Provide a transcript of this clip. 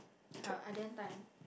uh I didn't time